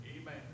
Amen